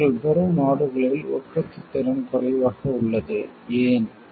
அவர்கள் பெறும் நாடுகளில் உற்பத்தி திறன் குறைவாக உள்ளது ஏன்